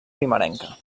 primerenca